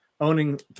owning